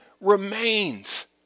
remains